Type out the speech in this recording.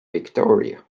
victoria